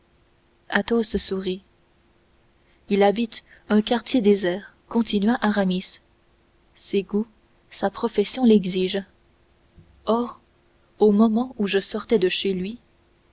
études athos sourit il habite un quartier désert continua aramis ses goûts sa profession l'exigent or au moment où je sortais de chez lui